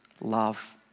love